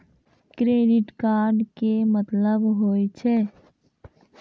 Credit card के मतलब होय छै?